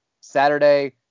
Saturday